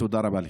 תודה רבה לך.